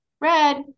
Red